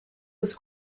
was